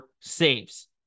saves